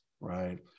right